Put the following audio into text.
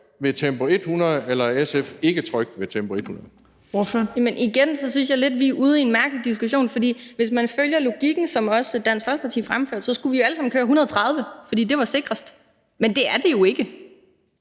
Kl. 15:50 Anne Valentina Berthelsen (SF): Igen synes jeg lidt, at vi er ude i en mærkelig diskussion, for hvis man følger logikken, som også Dansk Folkeparti fremførte, så skulle vi jo alle sammen køre 130, for det var sikrest, men det er det jo ikke.